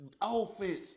offense